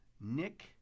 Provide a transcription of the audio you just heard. Nick